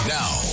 now